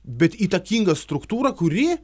bet įtakinga struktūra kuri